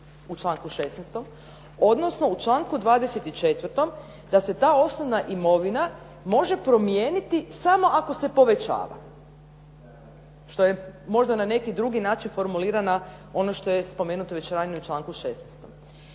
u članku 16. odnosno, u članku 24. da se ta osnovna imovina može promijeniti samo ako se povećava, što je možda na neki drugi način formulirana ono što je spomenuto već ranije u članku 16.